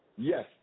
Yes